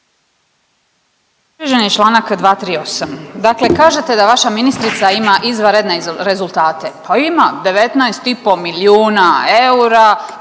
Uvaženi čl. 238., dakle kažete da vaša ministrica ima izvanredne rezultate. Pa ima, 19,5 milijuna eura